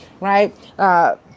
right